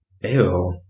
Ew